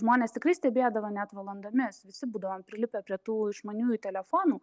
žmonės tikrai stebėdavo net valandomis visi būdavom prilipę prie tų išmaniųjų telefonų